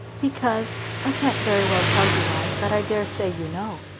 because i can't very well tell you why, but i dare say you know.